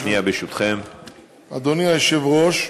אדוני היושב-ראש,